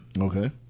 Okay